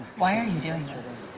why are you doing